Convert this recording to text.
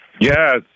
Yes